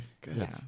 good